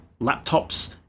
laptops